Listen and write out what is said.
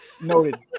noted